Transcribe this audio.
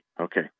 Okay